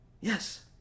Yes